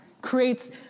creates